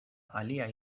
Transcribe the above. aliaj